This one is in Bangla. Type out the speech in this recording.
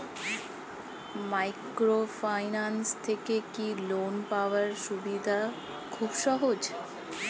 মাইক্রোফিন্যান্স থেকে কি লোন পাওয়ার সুবিধা খুব সহজ?